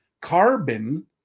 carbon